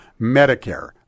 medicare